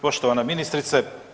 Poštovana ministrice.